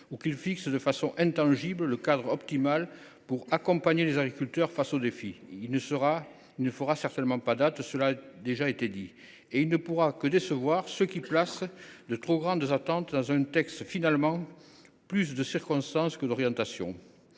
ou qu’il fixe de façon intangible le cadre optimal pour accompagner les agriculteurs face aux défis. Il ne fera certainement pas date et il ne pourra que décevoir ceux qui placent de trop grandes attentes dans un texte finalement plus de circonstance que d’orientation.